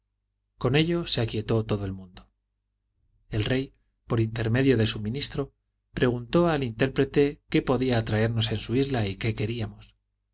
con ello se aquietó todo el mundo el rey por intermedio de su ministro preguntó al intérprete qué podía atraernos en su isla y qué